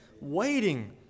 Waiting